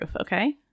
Okay